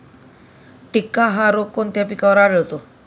टिक्का हा रोग कोणत्या पिकावर आढळतो?